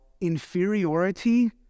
inferiority